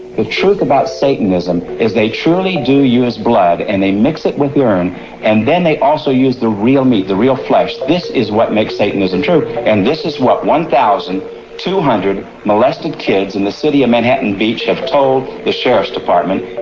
the truth about satanism is they truly do use blood and they mix it with urine and then they also use the real meat, the real flesh. this is what makes satanism true and this is what one thousand two hundred molested kids in the city of manhattan beach have told the sheriffs department.